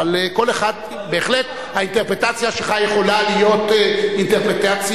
אבל בהחלט האינטרפרטציה שלך יכולה להיות אינטרפרטציה,